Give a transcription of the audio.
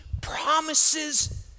promises